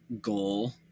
goal